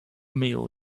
meal